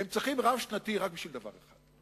הם צריכים רב-שנתי רק בשביל דבר אחד,